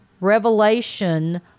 revelation